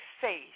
face